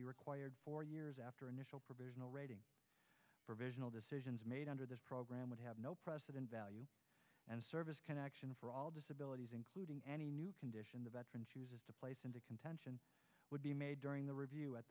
be required four years after initial provisional rating provisional decisions made under this program would have no precedent value and service connection for all disabilities including any new condition the veteran chooses to place into contention would be made during the review at